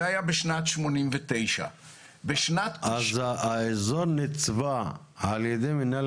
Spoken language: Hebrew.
זה היה בשנת 89. האזור נצבע על ידי מינהל